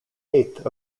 eighth